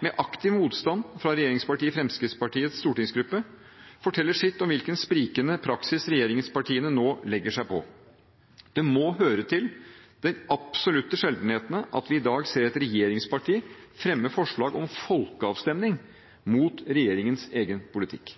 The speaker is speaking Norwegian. med aktiv motstand fra regjeringspartiet Fremskrittspartiets stortingsgruppe, forteller sitt om hvilken sprikende praksis regjeringspartiene nå legger seg på. Det må høre til de absolutte sjeldenhetene at vi i dag ser et regjeringsparti fremme forslag om folkeavstemning mot regjeringens egen politikk.